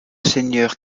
seigneur